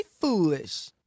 foolish